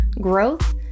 growth